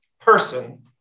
person